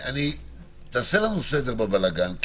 תעשה לנו סדר בבלגן,